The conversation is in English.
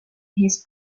his